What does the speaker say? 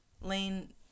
Lane